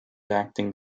acting